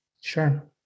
Sure